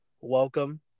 welcome